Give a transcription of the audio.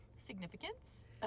significance